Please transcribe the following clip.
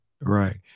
Right